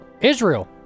Israel